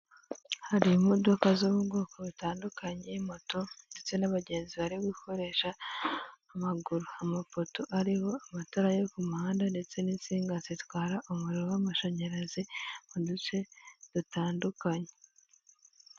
Hari imodoka zo mu bwoko butandukanye moto ndetse n'abagenzi barimo gukoresha amaguru, amapoto ariho amatara yo ku muhanda ndetse n'insinga zitwara umuriro w'amashanyaraz,i mu duce dutandukanye.